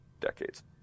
decades